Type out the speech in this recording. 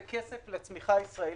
זה כסף לצמיחה ישראלית,